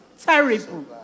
terrible